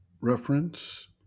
Reference